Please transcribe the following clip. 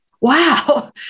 wow